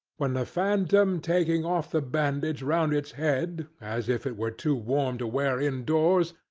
when the phantom taking off the bandage round its head, as if it were too warm to wear indoors,